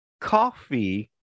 coffee